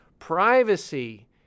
privacy